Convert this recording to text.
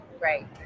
right